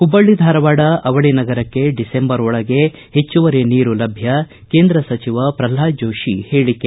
ಹುಬ್ಬಳ್ಳಿ ಧಾರವಾಡ ಅವಳಿ ನಗರಕ್ಕೆ ಡಿಸೆಂಬರ್ ಒಳಗೆ ಹೆಚ್ಚುವರಿ ನೀರು ಲಭ್ಯ ಕೇಂದ್ರ ಸಚಿವ ಪ್ರಲ್ನಾದ್ ಜೋಶಿ ಹೇಳಿಕೆ